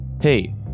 Hey